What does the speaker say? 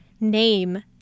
Name